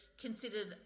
considered